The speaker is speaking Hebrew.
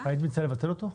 היית מציעה לבטל אותו?